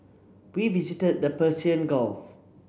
we visited the Persian Gulf